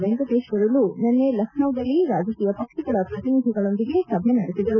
ವೆಂಕಟೇಶ್ವರುಲು ನಿನ್ನೆ ಲಖನೌದಲ್ಲಿ ರಾಜಕೀಯ ಪಕ್ಷಗಳ ಪ್ರತಿನಿಧಿಗಳೊಂದಿಗೆ ಸಭೆ ನಡೆಸಿದರು